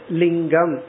lingam